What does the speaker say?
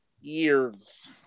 years